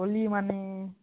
ଖଲି ମାନେ